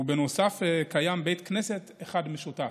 ובנוסף קיים בית כנסת אחד משותף.